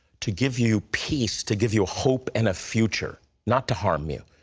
to give you peace, to give you hope and a future not to harm you.